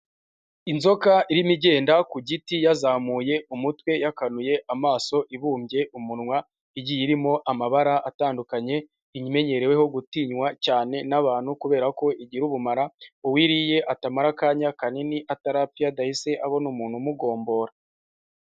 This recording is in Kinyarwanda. Inzoka irimo igenda ku giti yazamuye umutwe, yakanuye amaso, ibumbye umunwa igiye irimo amabara atandukanye, imenyereweho gutinywa cyane n'abantu kubera ko igira ubumara, uwo iriye atamara akanya kanini atarapfa iyo adahise abona umuntu umugombora.